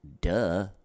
duh